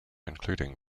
including